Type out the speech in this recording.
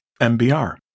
MBR